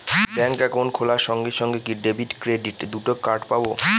Bank account খোলার সঙ্গে সঙ্গে কি ডেবিট ক্রেডিট দুটো কার্ড পাবো?